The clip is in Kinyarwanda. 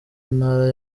ntara